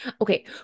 Okay